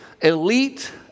elite